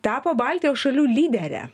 tapo baltijos šalių lydere